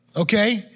Okay